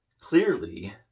Clearly